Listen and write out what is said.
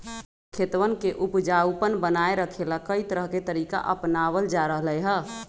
खेतवन के उपजाऊपन बनाए रखे ला, कई तरह के तरीका के अपनावल जा रहले है